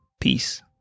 Peace